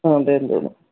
ആ അതെ എന്തു ചെയ്യുന്നു